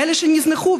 כאלה שנזנחו,